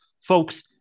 folks